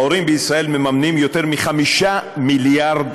ההורים בישראל מממנים יותר מ-5 מיליארד